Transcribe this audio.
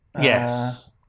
Yes